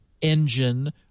engine